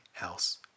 else